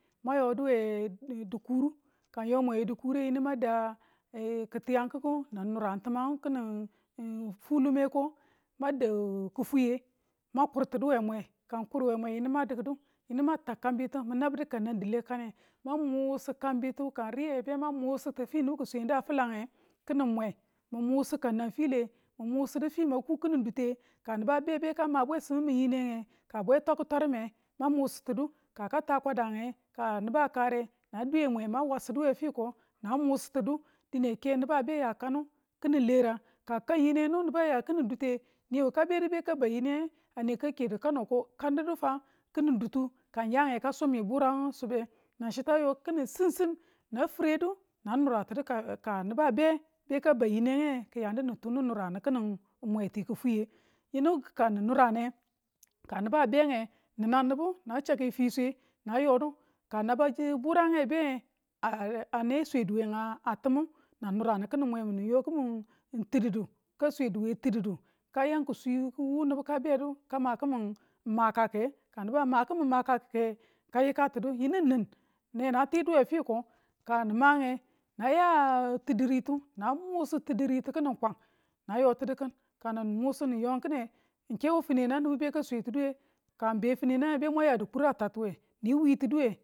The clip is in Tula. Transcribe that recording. mwan yo du we dikure ka ng yo mwe we dikure yinu mang daa kitayan kiku nin nuran timangu kini fulumeko ma dau kifwiye man kurtinu we mwe ka n kur we mwe yinu ma dikdu yinu mang tab kambitu mi̱ nabdu kanan di̱le kane mang musu kambitu kan riye be mang musu ti finu nibu ki swenda filange kini mwe mi̱n musu ka nang file min musudu fi mang ku kini dute ka nibu a be beka ma bwesimu yineng ng. ka bwe turkiturum ng, man musu tinu ka ta kwada ng ka nibu a kare na dwe mwe na wasudu we fiko nan musu ti̱di dine ke nibu a be ya kanu kini leran ka kan yineng nibu a ya ki̱ni dutuye niwu ka bedu be ka ba yineng a ne ka kedu kano ko kan didi fa kinin dutu ka ng ya ng ka su mi burang sube nan chitu a yo kinin siin siin na firedu nang nura tinu ka ka nibu a be be ka ba yineng nge ki̱ yan du ni tu ni nuran kini mwe ti kifweye yinu ka ni nuran ne ka nibu a be nge nin nan nibu na chake fiswe nan yodu ka naba burang a be ane swedu we nga timu nang nuran kini mwe mu ni yo kimin tididu ka swe du we tididuka yan kuswi kuwu nibu ka bedu kama kimin makaye. ka nibu a ma kimin makake, ka yika tinu yinu nin, ne nan tidu we fiko ka ni mange na ya tidiritu na musu tidiritu kini kwang na yotini kin ka nin musu nin yongi kine nke wu finenang nibu beka swetinuwe kan be finange be mwang yadu kuru a tattiwe mu witiduwe